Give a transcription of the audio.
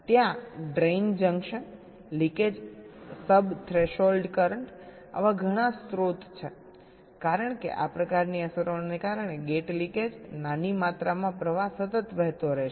ત્યાં drain junction leakage sub threshold current આવા ઘણા સ્રોતો છે કારણ કે આ પ્રકારની અસરોને કારણે ગેટ લીકેજ નાની માત્રામાં પ્રવાહ સતત વહેતો રહેશે